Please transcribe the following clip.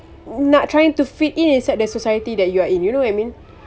nak trying to fit in inside the society that you are in you know what I mean